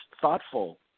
thoughtful